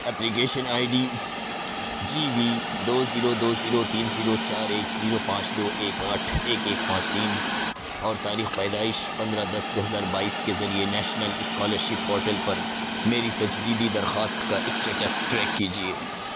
application I D G V دو zero دو zero تین زیرو چار ایک زیرو پانچ دو ایک آٹھ ایک ایک پانچ تین اور تاریخ پیدائش پندرہ دس دو ہزار بائیس کے ذریعے نیشنل اسکالرشپ پورٹل پر میری تجدیدی درخواست کا اسٹیٹس ٹریک کیجیے